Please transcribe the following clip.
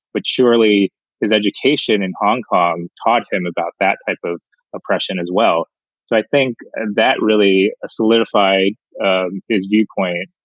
but surely his education in hong kong taught him about that type of oppression as well. so i think and that really solidified and his viewpoint